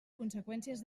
conseqüències